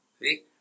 See